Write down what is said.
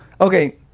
okay